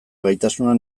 gaitasuna